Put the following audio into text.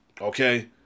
okay